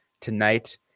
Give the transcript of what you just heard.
tonight